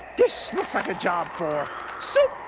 this looks like a job for super